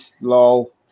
Lol